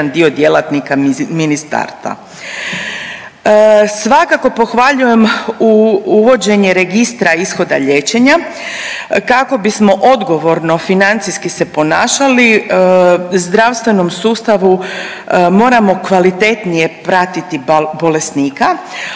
dio djelatnika Ministarstva. Svakako pohvaljujem u uvođenje registra ishoda liječenja kako bismo odgovorno financijski se ponašali, zdravstvenom sustavu moramo kvalitetnije pratiti bolesnika,